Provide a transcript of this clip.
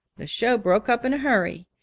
the show broke up in a hurry,